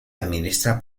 administra